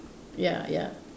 ya ya